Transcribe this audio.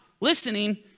listening